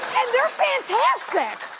and they're fantastic.